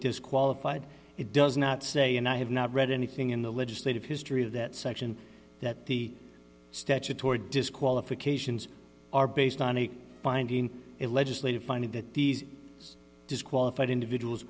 disqualified it does not say and i have not read anything in the legislative history of that section that the statutory disqualifications are based on a finding a legislative finding that these disqualified individuals